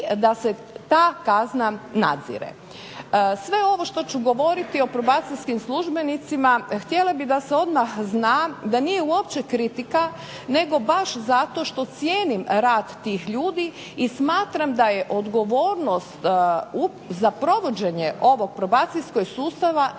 da se ta kazna nadzire. Sve ovo što ću govoriti o probacijskim službenicima htjeli bi da se odmah zna da nije uopće kritika nego baš zato što cijenim rad tih ljudi i smatram da je odgovornost za provođenje ovog probacijskog sustava najviše